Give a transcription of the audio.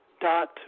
Dot